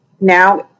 now